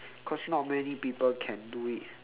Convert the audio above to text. cause not many people can do it